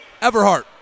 Everhart